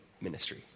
ministry